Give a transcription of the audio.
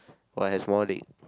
oh I have small leg